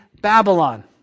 Babylon